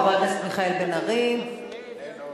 חבר הכנסת מיכאל בן-ארי, איננו.